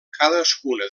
cadascuna